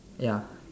ya